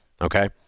okay